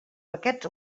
paquets